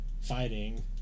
fighting